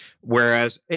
Whereas